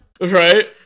right